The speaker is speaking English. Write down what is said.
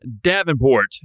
Davenport